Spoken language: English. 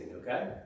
okay